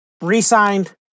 re-signed –